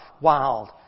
wild